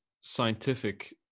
scientific